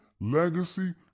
legacy